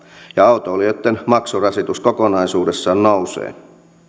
ja autoilijoitten maksurasitus kokonaisuudessaan nousee